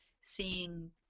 seeing